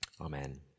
amen